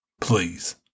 please